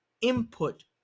input